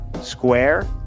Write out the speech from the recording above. Square